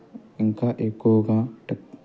ఇంకా ఎక్కువగా టెక్